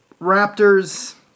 Raptors